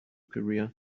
career